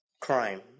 crime